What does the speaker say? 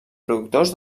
productors